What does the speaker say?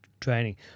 training